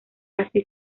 así